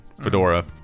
fedora